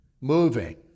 moving